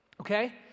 okay